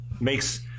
makes